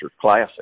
Classic